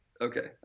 Okay